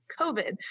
COVID